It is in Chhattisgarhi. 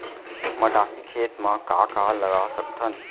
मटासी खेत म का का लगा सकथन?